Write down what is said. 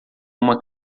uma